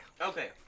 Okay